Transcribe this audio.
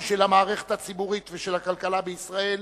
של המערכת הציבורית ושל הכלכלה בישראל